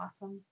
awesome